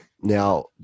now